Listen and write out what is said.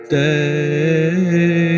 day